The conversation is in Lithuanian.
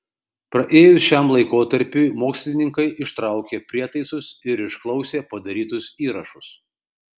praėjus šiam laikotarpiui mokslininkai ištraukė prietaisus ir išklausė padarytus įrašus